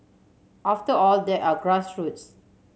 after all they are grassroots